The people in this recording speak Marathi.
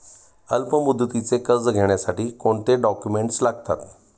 अल्पमुदतीचे कर्ज घेण्यासाठी कोणते डॉक्युमेंट्स लागतात?